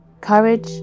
Courage